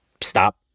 stop